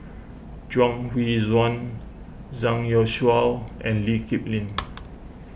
Chuang Hui Tsuan Zhang Youshuo and Lee Kip Lin